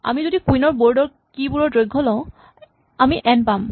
আমি যদি কুইন ৰ বৰ্ড ৰ কী বোৰৰ দৈৰ্ঘ লওঁ আমি এন পাম